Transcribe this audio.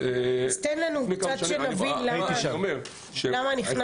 תסביר לנו קצת כדי שנבין למה נכנסתם.